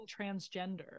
transgender